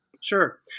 Sure